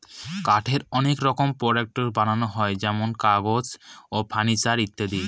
কাঠের অনেক রকমের প্রডাক্টস বানানো হয় যেমন কাগজ, ফার্নিচার ইত্যাদি